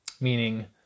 Meaning